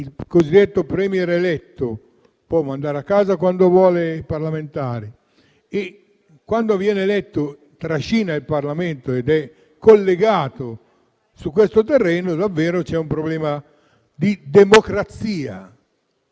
il cosiddetto *Premier* eletto può mandare a casa quando vuole i parlamentari e se, quando viene eletto, trascina il Parlamento che è a lui collegato, davvero c'è un problema di democrazia